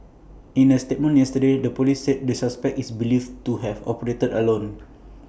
in A statement yesterday the Police said the suspect is believed to have operated alone